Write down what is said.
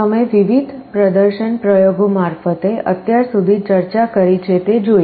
તમે વિવિધ પ્રદર્શન પ્રયોગો મારફતે અત્યાર સુધી ચર્ચા કરી છે તે જોઇ